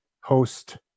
host